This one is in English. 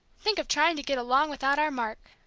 think of trying to get along without our mark!